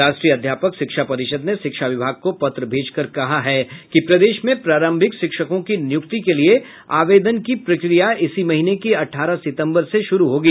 राष्ट्रीय अध्यापक शिक्षा परिषद ने शिक्षा विभाग को पत्र भेजकर कहा है कि प्रदेश में प्रारंभिक शिक्षकों की नियुक्ति के लिये आवेदन की प्रक्रिया इसी महीने के अठारह सितंबर से शुरू होगी